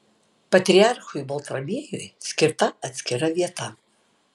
patriarchui baltramiejui skirta atskira vieta